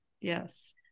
yes